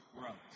growth